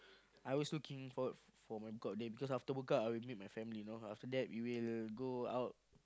I always looking forward for my book out day because after book out I will give it to my family you know after that we will go out